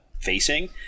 facing